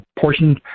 portion